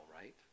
right